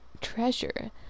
treasure